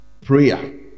prayer